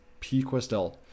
PQuestel